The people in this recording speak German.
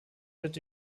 wird